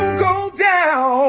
go down